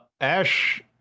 ash